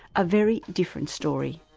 a very different story.